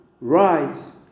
rise